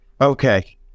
okay